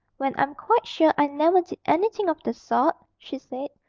when i'm quite sure i never did anything of the sort she said,